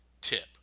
Tip